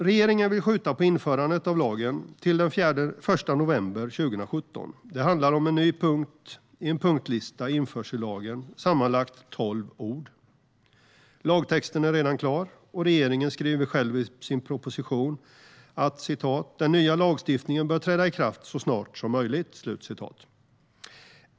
Regeringen vill skjuta på införandet av lagen till den 1 november 2017. Det handlar om en ny punkt i en punktlista i införsellagen, sammanlagt tolv ord. Lagtexten är redan klar, och regeringen skriver själv i sin proposition att den nya lagstiftningen bör träda i kraft så snart som möjligt.